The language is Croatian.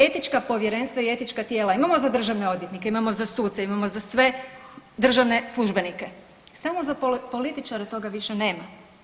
Etička povjerenstva i etička tijela imamo za državne odvjetnike, imamo za suce, imamo za sve državne službenike, samo za političare toga više nema.